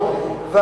ברור, ברור.